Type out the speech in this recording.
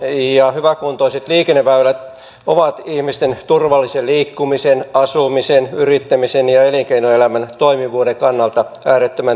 toimivat ja hyväkuntoiset liikenneväylät ovat ihmisten turvallisen liikkumisen asumisen yrittämisen ja elinkeinoelämän toimivuuden kannalta äärettömän tärkeitä